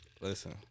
Listen